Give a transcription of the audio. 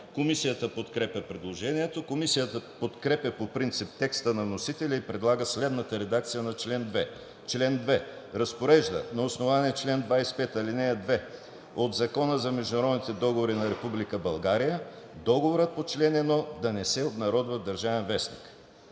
Комисията подкрепя предложението. Комисията подкрепя по принцип текста на вносителя и предлага следната редакция на чл. 2: „Чл. 2. Разпорежда на основание чл. 25, ал. 2 от Закона за международните договори на Република България договорът по чл. 1 да не се обнародва в „Държавен вестник“.“